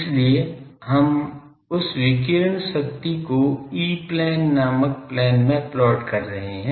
इसलिए हम उस विकीर्ण शक्ति को ई प्लेन नामक प्लेन में प्लॉट कर रहे हैं